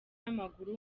w’amaguru